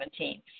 2017